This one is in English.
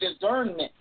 discernment